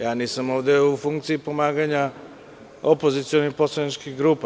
Ja nisam ovde u funkciji pomaganja opozicionih poslaničkih grupa.